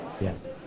Yes